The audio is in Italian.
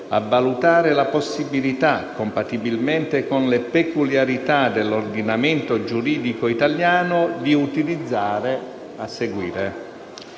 "«a valutare la possibilità, compatibilmente con le peculiarità dell'ordinamento giuridico italiano di» utilizzare...".